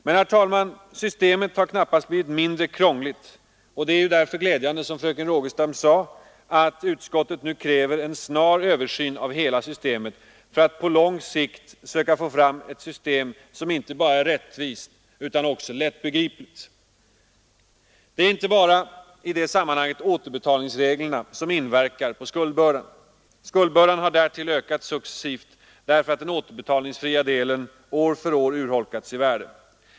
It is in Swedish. Men, herr talman, systemet har knappast blivit mindre krångligt, och det är därför glädjande att utskottet, som fröken Rogestam sade, nu kräver en snar översyn av hela systemet för att på lång sikt söka få fram ett system som inte bara är rättvist och lättbegripligt. Det är inte bara återbetalningsreglerna som inverkar på skuldbördan. Skuldbördan har därtill ökat successivt därför att den återbetalningsfria delen år från år urholkats i värde.